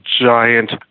giant